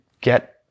get